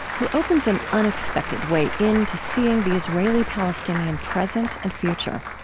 who opens an unexpected way in to seeing the israeli-palestinian present and future.